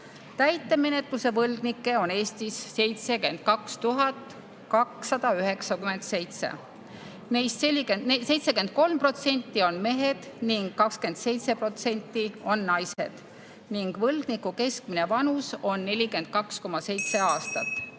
Täitemenetluse võlgnikke on Eestis 72 297. Neist 73% on mehed ning 27% on naised ning võlgniku keskmine vanus on 42,7 aastat.